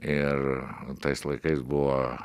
ir tais laikais buvo